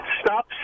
stop